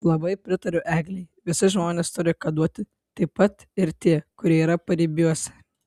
labai pritariu eglei visi žmonės turi ką duoti taip pat ir tie kurie yra paribiuose